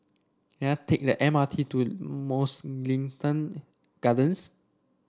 can I take the M R T to Mugliston Gardens